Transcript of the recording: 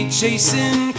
chasing